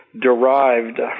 derived